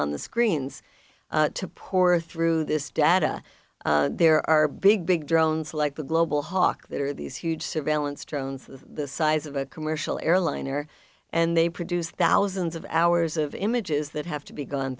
on the screens to poor through this data there are big big drones like the global hawk that are these huge surveillance drones the size of a commercial airliner and they produce thousands of hours of images that have to be gone